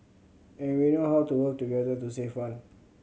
and we know how to work together to save one